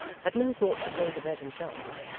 had no thoughts of going to bed himself,